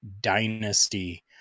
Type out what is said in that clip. dynasty